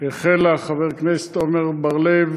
החלה, חבר הכנסת עמר בר-לב,